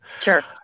Sure